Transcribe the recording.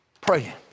praying